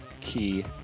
key